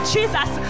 Jesus